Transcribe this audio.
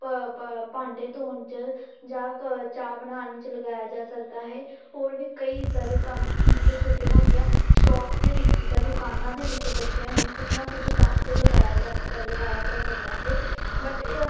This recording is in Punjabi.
ਬ ਭਾਂਡੇ ਧੋਣ 'ਚ ਜਾਂ ਕ ਚਾਹ ਬਣਾਉਣ ਵਿੱਚ ਲਗਾਇਆ ਜਾ ਸਕਦਾ ਹੈ ਹੋਰ ਵੀ ਕਈ ਇੱਦਾਂ ਦੇ ਕੰਮ ਹਨ ਜਿਥੇ ਛੋਟੀਆਂ ਮੋਟੀਆਂ ਸ਼ੋਪ ਦੇ ਵਿੱਚ ਜਾਂ ਦੁਕਾਨਾਂ ਦੇ ਵਿੱਚ ਬੱਚਿਆਂ ਨੂੰ ਕੁਛ ਨਾ ਕੁਛ ਕੰਮ 'ਤੇ ਲਗਾਇਆ ਜਾ ਲਗਾਇਆ ਜਾ ਸਕਦਾ ਹੈ ਬਟ ਇਹ